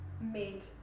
made